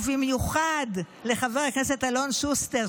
ובמיוחד לחבר הכנסת אלון שוסטר,